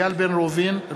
איל בן ראובן,